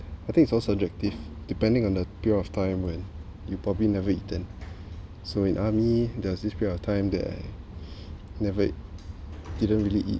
I think it's all subjective depending on the period of time when you probably never eaten so in army there was this period of time that I never eat didn't really eat